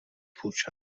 پوچ